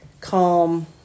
calm